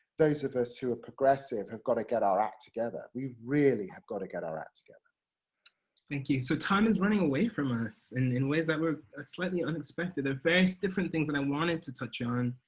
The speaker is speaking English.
those of us who are progressive have got to get our act together, we really have got to get our act together. mm thank you. so time is running away from us, and in ways that were ah slightly unexpected, there's ah various different things that i wanted to touch on,